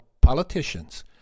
politicians